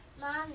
Mom